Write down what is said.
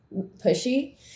pushy